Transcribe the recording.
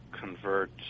convert